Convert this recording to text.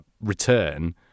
return